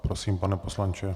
Prosím, pane poslanče.